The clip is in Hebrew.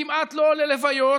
כמעט לא ללוויות,